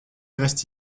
reste